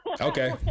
Okay